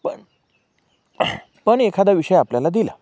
पण पण एखादा विषय आपल्याला दिला